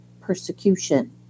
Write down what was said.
persecution